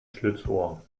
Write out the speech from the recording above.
schlitzohr